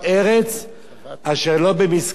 אשר לא במסכנות תאכל בה לחם.